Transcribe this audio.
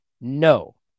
No